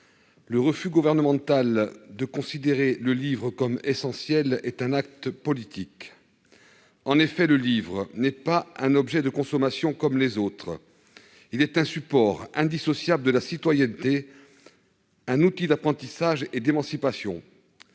Le refus gouvernemental de considérer le livre comme « essentiel » est un acte politique. En effet, le livre n'est pas un objet de consommation comme les autres ; il est un support indissociable de la citoyenneté, un outil d'apprentissage et d'émancipation.